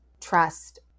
trust